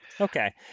Okay